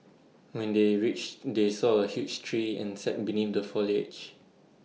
when they reached they saw A huge tree and sat beneath the foliage